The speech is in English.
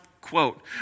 quote